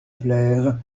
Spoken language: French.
plaire